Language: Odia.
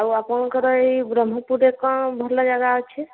ଆଉ ଆପଣଙ୍କର ଏଇ ବ୍ରହ୍ମପୁରରେ କ'ଣ ଭଲ ଜାଗା ଅଛି